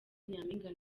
nyampinga